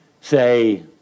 say